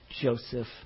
Joseph